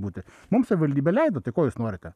būti mums savivaldybė leido tai ko jūs norite